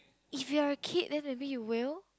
if you are kid then maybe you will